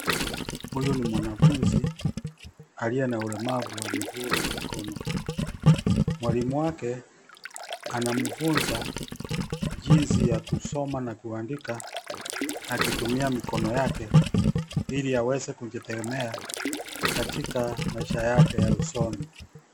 Huyu ni mwanafunzi aliye na ulemavu wa miguu na mikono. Mwalimu wake anamfunza jinsi ya kusoma na kuandika akitumia mikono yake, ili aweze kujitegemea katika maisha yake ya usoni.